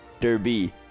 Derby